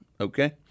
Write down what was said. Okay